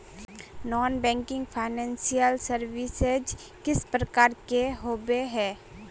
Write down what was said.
Non banking financial services किस प्रकार के होबे है?